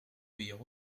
obéir